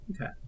okay